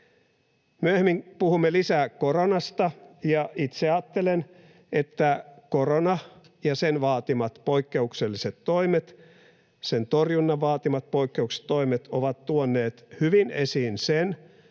Myöhemmin puhumme lisää koronasta, ja itse ajattelen, että korona ja sen torjunnan vaatimat poikkeukselliset toimet ovat tuoneet hyvin esiin sen,